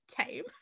tame